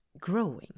growing